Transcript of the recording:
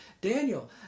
Daniel